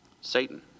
Satan